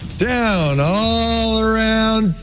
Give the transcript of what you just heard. down, all around,